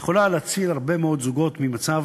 יכול להציל הרבה מאוד זוגות ממצב